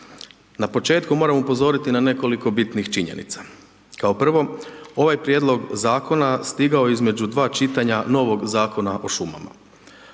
Na početku moram upozoriti na nekoliko bitnih činjenica, kao prvo, ovaj prijedlog zakona stigao je između dva čitanja novog Zakona o šumama.